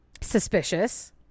Suspicious